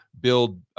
build